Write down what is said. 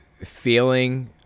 feeling